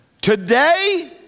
Today